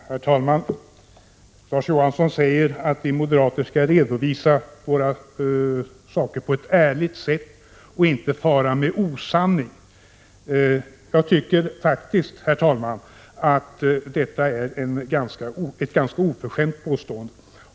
Herr talman! Larz Johansson säger att vi moderater skall redovisa våra förslag på ett ärligt sätt och inte fara med osanning. Jag tycker faktiskt att detta är ett ganska oförskämt påstående.